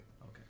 Okay